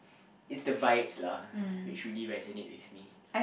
it's the vibes lah which really resonate with me